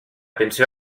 pensió